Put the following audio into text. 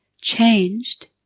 changed